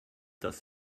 das